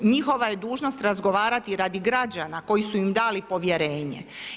Njihova je dužnost razgovarati radi građana koji su im dali povjerenje.